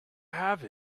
have